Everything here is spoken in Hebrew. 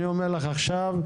אני אומר לך עכשיו,